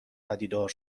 پدیدار